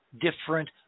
different